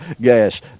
gas